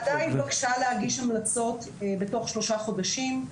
הוועדה התבקשה להגיש המלצות בתוך שלושה חודשים,